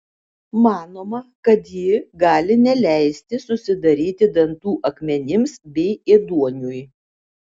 manoma kad ji gali neleisti susidaryti dantų akmenims bei ėduoniui